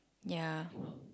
ya